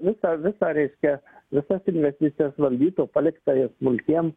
visą visą reiškia visas investicijas valdyt o palikta jas smulkiem